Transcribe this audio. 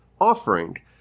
offering